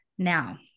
Now